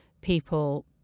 people